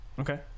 Okay